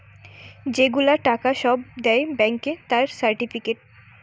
যে গুলা টাকা সব দেয় ব্যাংকে তার সার্টিফিকেট